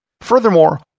Furthermore